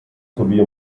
sowie